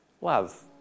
Love